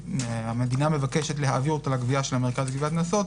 שהמדינה מבקשת להביא אותה לגבייה של המרכז לגביית קנסות,